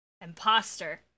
Imposter